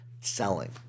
selling